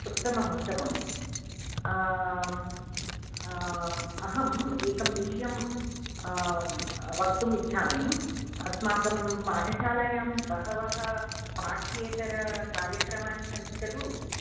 उत्तमम् उत्तमं अहम् एकं विषयं वक्तुम् इच्छामि अस्माकं पाठशालायां बहवः पाठ्येतरकार्यक्रमाणि सन्ति कलु